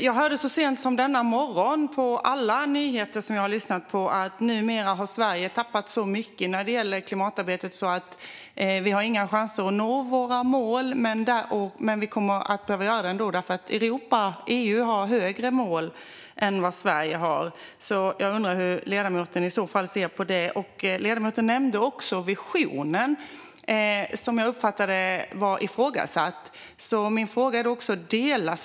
Jag hörde så sent som denna morgon, i alla nyhetskanaler som jag lyssnade på, att Sverige nu har tappat så mycket i klimatarbetet att vi inte har några chanser att nå våra mål men att vi kommer att behöva göra det ändå eftersom EU har högre mål än vad Sverige har. Jag undrar hur ledamoten ser på det. Ledamoten nämnde också visionen att Norden ska vara världens mest hållbara region 2030.